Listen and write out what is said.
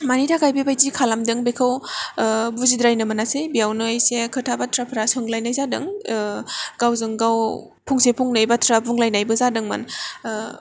मानि थाखाय बेबादि खालामदों बेखौ बुजिद्रायनो मोनासै बेयावनो एसे खोथा बाथ्राफ्रा सोंलायनाय जादों गावजों गाव फंसे फंनै बाथ्रा बुंलायनायबो जादोंमोन